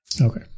Okay